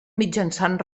mitjançant